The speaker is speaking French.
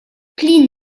pline